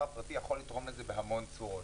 הפרטי יכולה לתרום לזה בהמון צורות,